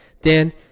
dan